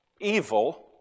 evil